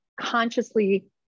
consciously